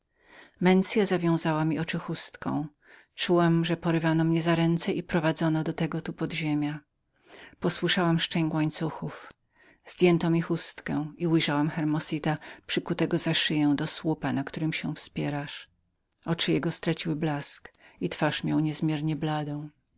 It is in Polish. mensia zawiązała mi oczy chustką czułam że porywano mnie za ręce i zaprowadzono do tego tu podziemia posłyszałam szczęk łańcuchów zerwałam chustkę i ujrzałam hermosita przykutego za szyję do słupa na którym się wspierasz oczy miał zamknięte i twarz niezmiernie bladą